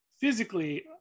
physically